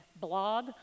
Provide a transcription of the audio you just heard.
blog